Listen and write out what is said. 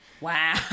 wow